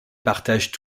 partagent